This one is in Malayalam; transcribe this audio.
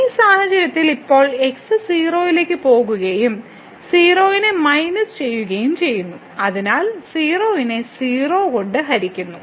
ഈ സാഹചര്യത്തിൽ ഇപ്പോൾ 0 ലേക്ക് പോകുകയും 0 നെ മൈനസ് ചെയ്യുകയും ചെയ്യുന്നു അതിനാൽ 0 നെ 0 കൊണ്ട് ഹരിക്കുന്നു